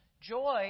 Joy